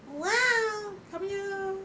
!wow! kau punya